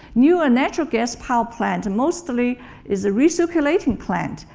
newer natural gas power plant mostly is a recirculating plant.